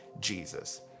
Jesus